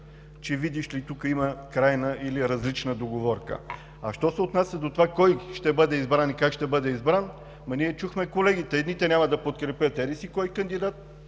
че, видиш ли, тук има крайна или различна договорка. Що се отнася до това кой ще бъде избран и как ще бъде избран – ние чухме колегите – едните няма да подкрепят еди-кой си кандидат,